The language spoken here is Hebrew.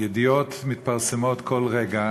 ידיעות מתפרסמות כל רגע,